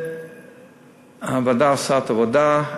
והוועדה עושה את העבודה.